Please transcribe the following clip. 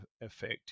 effect